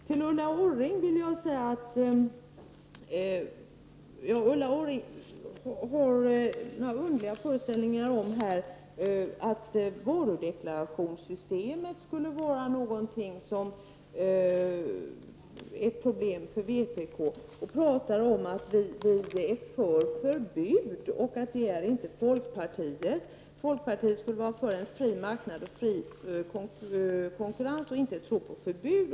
Så något om Ulla Orrings underliga föreställningar här — t.ex. att varudeklarationsystemet skulle vara ett problem för oss i vpk. Hon säger att vi i vpk är för förbud, medan folkpartiet inte skulle vara det. Folkpartiet skulle i stället vara för fri marknad och fri konkurrens. Man tror inte på förbud.